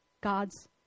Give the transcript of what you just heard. God's